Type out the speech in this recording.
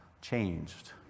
changed